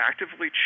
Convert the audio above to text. actively